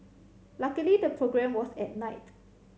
luckily the programme was at night